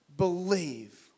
Believe